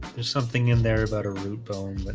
there's something in there about a route bone